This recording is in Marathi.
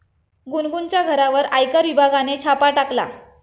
गुनगुनच्या घरावर आयकर विभागाने छापा टाकला